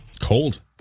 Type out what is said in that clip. Cold